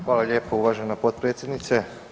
Hvala lijepo uvažena potpredsjednice.